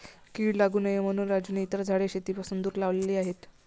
कीड लागू नये म्हणून राजूने इतर झाडे शेतापासून दूर लावली आहेत